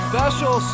Special